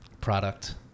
product